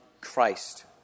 Christ